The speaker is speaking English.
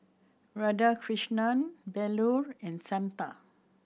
Radhakrishnan Bellur and Santha